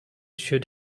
should